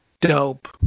dope